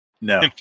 No